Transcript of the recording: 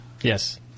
Yes